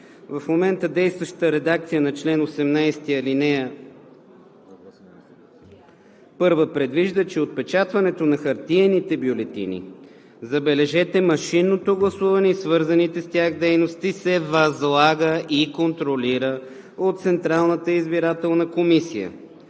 В момента действащата редакция на чл. 18, ал. 1 предвижда, че отпечатването на хартиените бюлетини, забележете, машинното гласуване и свързаните с тях дейности се възлага и контролира от Централната избирателна комисия,